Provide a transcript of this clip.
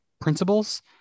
principles